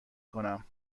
کنم